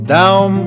down